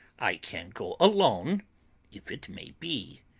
i can go alone if it may be.